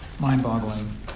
Mind-boggling